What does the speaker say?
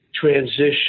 transition